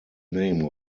name